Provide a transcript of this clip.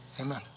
Amen